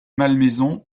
malmaison